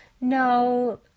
no